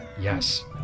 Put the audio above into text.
Yes